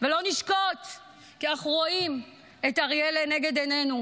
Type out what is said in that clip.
ולא נשקוט כי אנחנו רואים את אריאל לנגד עינינו.